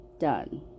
done